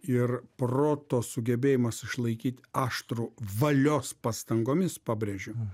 ir proto sugebėjimas išlaikyt aštrų valios pastangomis pabrėžiu